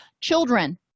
children